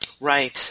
Right